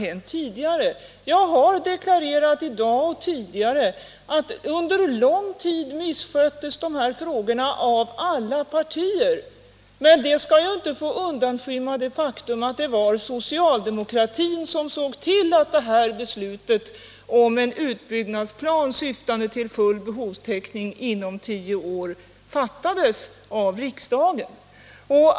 I dag liksom tidigare har jag deklarerat att de här frågorna under en lång tid misskötts av alla partier, men det skall inte undanskymma det faktum att det var socialdemokratin som såg till att beslutet om en utbyggnadsplan, syftande till full behovstäckning inom tio år, fattades av riksdagen.